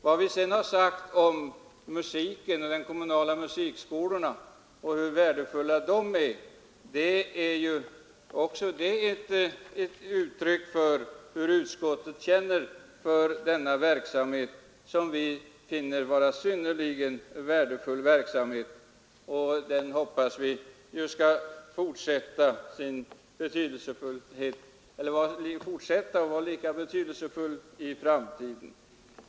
Vad vi sedan har sagt om de kommunala musikskolorna är ett uttryck för vad utskottet känner för denna verksamhet, som vi finner synnerligen värdefull. Vi hoppas att den skall fortsätta och vara lika betydelsefull i framtiden.